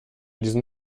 diesen